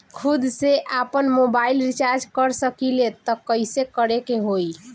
खुद से आपनमोबाइल रीचार्ज कर सकिले त कइसे करे के होई?